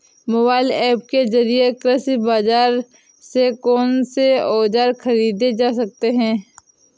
Mobile app के जरिए कृषि बाजार से कौन से औजार ख़रीदे जा सकते हैं?